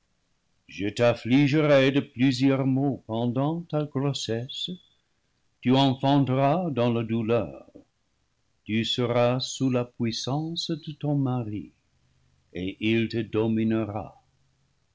je t'affligerai de plusieurs maux pendant ta grossesse tu en fanteras dans la douleur tu seras sous la puissance de ton mari et il te dominera